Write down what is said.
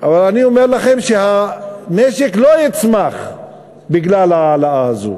אבל אני אומר לכם שהמשק לא יצמח בגלל ההעלאה הזאת,